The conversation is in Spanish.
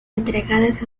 entregadas